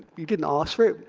you didn't ask for it.